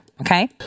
okay